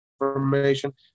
information